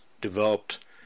developed